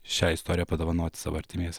šią istoriją padovanoti savo artimies